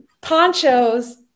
Ponchos